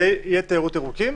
איי תיירות ירוקים,